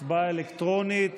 הצבעה אלקטרונית